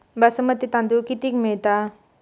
बासमती तांदूळ कितीक मिळता?